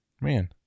Man